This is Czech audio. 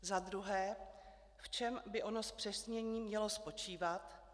Za druhé, v čem by ono zpřesnění mělo spočívat?